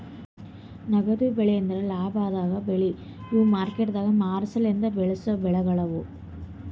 ನಗದು ಬೆಳಿ ಅಂದುರ್ ಲಾಭ ಆಗದ್ ಬೆಳಿ ಇವು ಮಾರ್ಕೆಟದಾಗ್ ಮಾರ ಸಲೆಂದ್ ಬೆಳಸಾ ಬೆಳಿಗೊಳ್ ಅವಾ